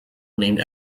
named